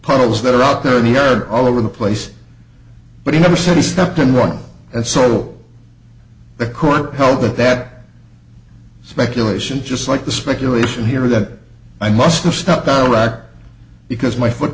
poles that are out there in the yard all over the place but he never said he stepped in one and sold the court held that that speculation just like the speculation here that i must have stopped all right because my foot